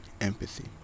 Empathy